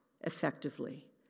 effectively